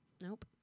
Nope